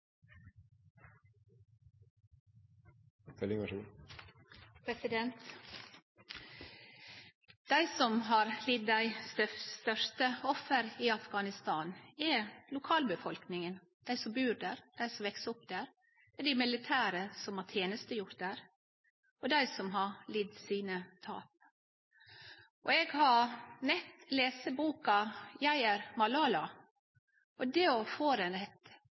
Afghanistan. Dei som har lidd dei største offera i Afghanistan, er lokalbefolkninga – dei som bur der, dei som veks opp der, dei militære som har tenestegjort der, og dei som har lidd sine tap. Eg har nett lese boka «Jeg er Malala». Der får ein eit djupt og sterkt innblikk i korleis det er å